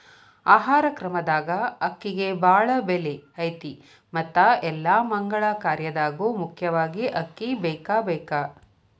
ಆಹಾರ ಕ್ರಮದಾಗ ಅಕ್ಕಿಗೆ ಬಾಳ ಬೆಲೆ ಐತಿ ಮತ್ತ ಎಲ್ಲಾ ಮಗಳ ಕಾರ್ಯದಾಗು ಮುಖ್ಯವಾಗಿ ಅಕ್ಕಿ ಬೇಕಬೇಕ